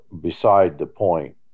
beside-the-point